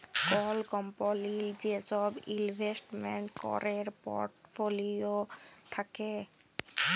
call কম্পলির যে সব ইলভেস্টমেন্ট ক্যরের পর্টফোলিও থাক্যে